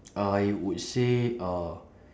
I would say uh